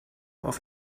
auf